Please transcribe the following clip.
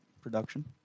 production